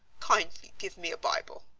kindly give me a bible.